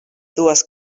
dues